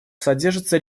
содержатся